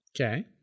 Okay